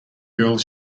girls